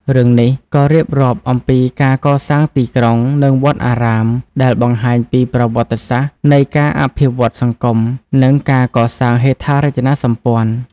រឿងនេះក៏រៀបរាប់អំពីការកសាងទីក្រុង និងវត្តអារាម ដែលបង្ហាញពីប្រវត្តិសាស្រ្តនៃការអភិវឌ្ឍន៍សង្គម និងការកសាងហេដ្ឋារចនាសម្ព័ន្ធ ។